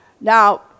Now